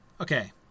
Okay